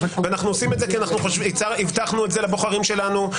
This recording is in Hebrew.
ואנחנו עושים את זה כי הבטחנו את זה לבוחרים שלנו,